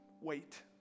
Wait